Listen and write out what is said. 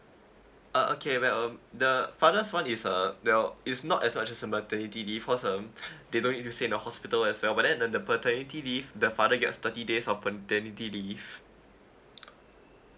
oh okay well um the father's one is uh they're it's not as much as a maternity leave because um they don't need to stay in the hospital as well but then the the paternity leave the father gets thirty days of paternity leave